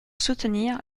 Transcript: soutenir